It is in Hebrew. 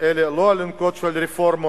ואלה לא אלונקות של רפורמות